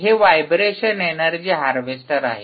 हे vibration energy harvester आहे